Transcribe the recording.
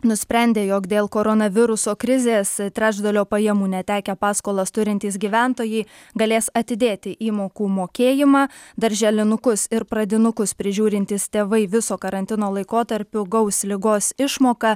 nusprendė jog dėl koronaviruso krizės trečdalio pajamų netekę paskolas turintys gyventojai galės atidėti įmokų mokėjimą darželinukus ir pradinukus prižiūrintys tėvai viso karantino laikotarpiu gaus ligos išmoką